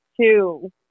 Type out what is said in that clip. two